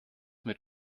mit